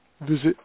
visit